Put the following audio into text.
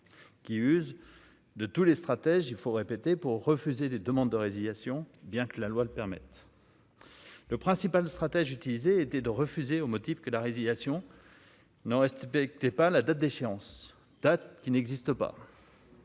qui usent de tous les stratèges il faut répéter pour refuser des demandes de résiliation, bien que la loi le permette le principal stratège utilisé était de refuser au motif que la résiliation non respecté, pas la date d'échéance qui n'existe pas.